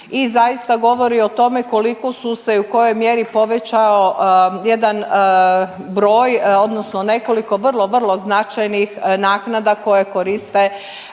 zaista govori o tome koliko su se i u kojoj mjeri povećao jedan broj, odnosno nekoliko vrlo, vrlo značajnih naknada koje koriste